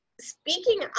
Speaking